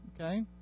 Okay